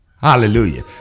Hallelujah